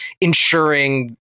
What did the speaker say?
ensuring